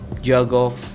juggle